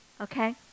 Okay